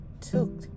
took